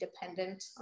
dependent